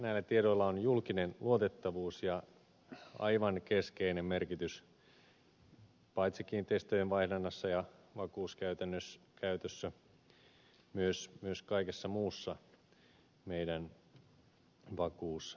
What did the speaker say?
näillä tiedoilla on julkinen luotettavuus ja aivan keskeinen merkitys paitsi kiinteistöjen vaihdannassa ja vakuuskäytössä myös kaikessa muussa meidän vakuusjärjestelmässämme